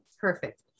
Perfect